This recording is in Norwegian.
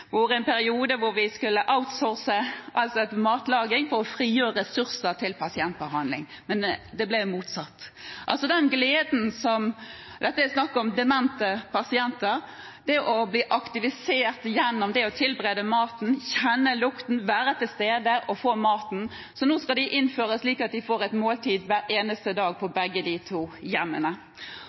hvor vi en periode skulle «outsource» alt som het matlaging for å frigjøre ressurser til pasientbehandling – men det ble motsatt. Her var det snakk om demente pasienter, som opplevde glede ved å bli aktivisert gjennom det å tilberede maten, kjenne lukten, være til stede og få maten, så nå skal de innføre at de får et slikt måltid hver eneste dag på begge de to hjemmene.